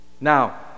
Now